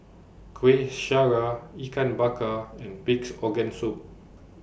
Kueh Syara Ikan Bakar and Pig'S Organ Soup